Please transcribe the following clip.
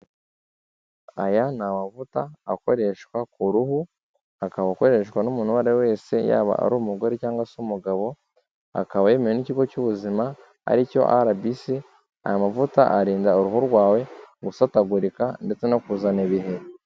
Aya ni amavuta akoreshwa ku ruhu, akaba akoreshwa n'umuntu uwo ari we wese yaba ari umugore cyangwa se umugabo, akaba yemewe n'ikigo cy'ubuzima ari cyo RBC, aya mavuta arinda uruhu rwawe gusatagurika ndetse no kuzana ibiheri.